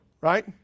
right